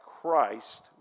Christ